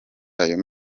ayo